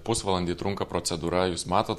pusvalandį trunka procedūra jūs matot